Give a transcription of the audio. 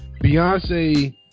Beyonce